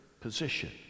position